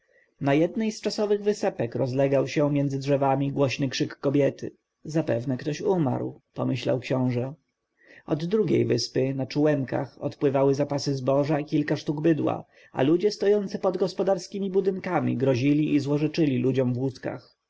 na jednej z czasowych wysepek rozlegał się między drzewami głośny krzyk kobiet zapewne ktoś umarł pomyślał książę od drugiej wyspy na czółenkach odpływały zapasy zboża i kilka sztuk bydła a ludzie stojący pod gospodarskiemi budynkami grozili i złorzeczyli ludziom w